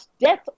death